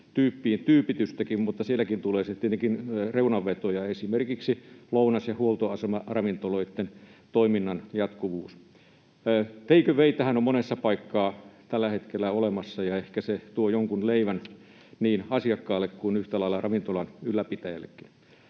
tyypitystäkin, mutta sielläkin tulee sitten tietenkin reunanvetoja, esimerkiksi lounas- ja huoltoasemaravintoloitten toiminnan jatkuvuus. Take awaytähän on monessa paikkaa tällä hetkellä olemassa, ja ehkä se tuo jonkun leivän niin asiakkaalle kuin yhtä lailla ravintolan ylläpitäjällekin.